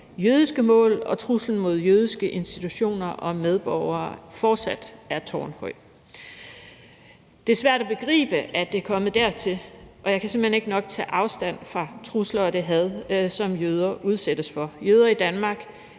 jødiske mål, og at truslen mod jødiske institutioner og medborgere fortsat er tårnhøj. Det er svært at begribe, at det er kommet dertil, og jeg kan simpelt hen ikke tage nok afstand fra de trusler og det had, som jøder udsættes for.